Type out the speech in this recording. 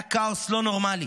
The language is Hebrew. היה כאוס לא נורמלי,